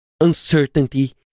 uncertainty